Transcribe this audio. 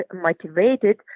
motivated